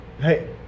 hey